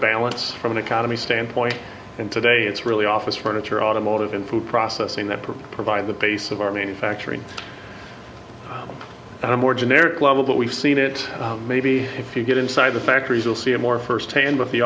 balance from an economy standpoint and today it's really office furniture automotive and food processing that provide the basis of our manufacturing and a more generic level that we've seen it maybe if you get inside the factories will see a more first hand with the